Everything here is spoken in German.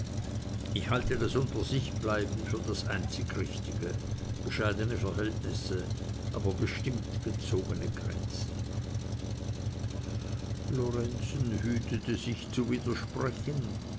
ich halte das untersichbleiben für das einzig richtige bescheidene verhältnisse aber bestimmt gezogene grenzen lorenzen hütete sich zu widersprechen